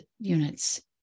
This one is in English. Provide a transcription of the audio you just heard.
unit's